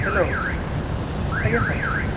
hello ଆଜ୍ଞା sir